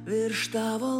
virš tavo